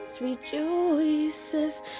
rejoices